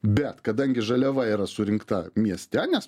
bet kadangi žaliava yra surinkta mieste nes